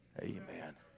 Amen